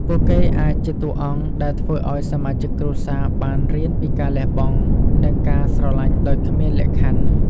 ពួកគេអាចជាតួអង្គដែលធ្វើឲ្យសមាជិកគ្រួសារបានរៀនពីការលះបង់ និងការស្រឡាញ់ដោយគ្មានលក្ខខណ្ឌ។